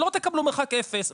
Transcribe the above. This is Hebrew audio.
לא תקבלו מרחק אפס,